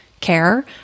care